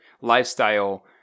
lifestyle